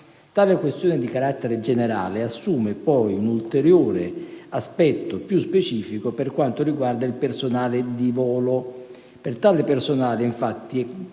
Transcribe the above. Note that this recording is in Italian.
Tale questione di carattere generale assume poi un ulteriore connotato più specifico per quanto riguarda il personale di volo. Per tale personale, infatti, è